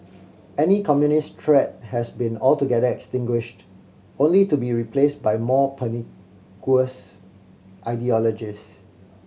any communist threat has been altogether extinguished only to be replaced by more pernicious ideologies